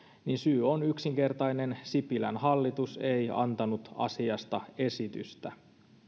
on yksinkertainen sipilän hallitus ei antanut asiasta esitystä